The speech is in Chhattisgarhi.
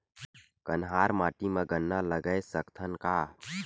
कन्हार माटी म गन्ना लगय सकथ न का?